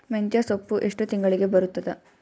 ಮೆಂತ್ಯ ಸೊಪ್ಪು ಎಷ್ಟು ತಿಂಗಳಿಗೆ ಬರುತ್ತದ?